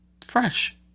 fresh